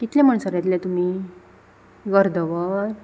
कितले म्हणसर येतले तुमी अर्द वर